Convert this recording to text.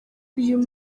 uyu